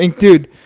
dude